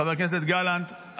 חבר הכנסת גלנט,